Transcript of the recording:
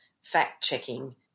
fact-checking